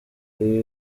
ibi